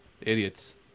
Idiots